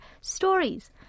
stories